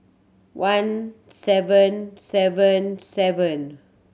one seven seven seven